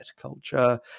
culture